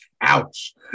Ouch